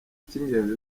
icy’ingenzi